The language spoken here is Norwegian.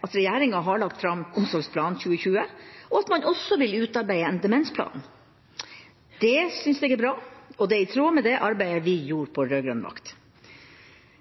at regjeringa har lagt fram Omsorgsplan 2020, og at man også vil utarbeide en demensplan. Det synes jeg er bra, og det er i tråd med det arbeidet vi gjorde på rød-grønn vakt.